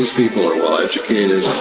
people are well-educated,